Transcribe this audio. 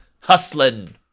hustling